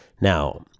Now